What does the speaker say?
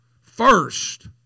First